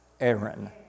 Aaron